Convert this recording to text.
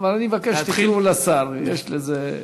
אבל אני מבקש שתקראו לשר, יש לזה חשיבות.